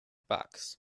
box